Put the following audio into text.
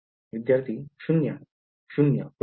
विध्यार्थी शून्य शून्य बरोबर